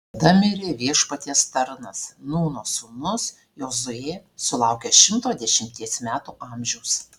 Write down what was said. tada mirė viešpaties tarnas nūno sūnus jozuė sulaukęs šimto dešimties metų amžiaus